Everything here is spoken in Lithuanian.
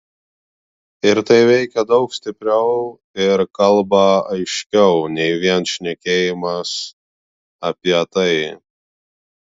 ir tai veikia daug stipriau ir kalba aiškiau nei vien šnekėjimas apie tai